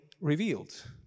revealed